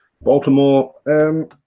Baltimore